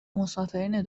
مسافرین